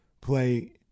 play –